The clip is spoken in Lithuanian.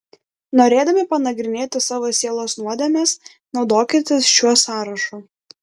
norėdami panagrinėti savo sielos nuodėmes naudokitės šiuo sąrašu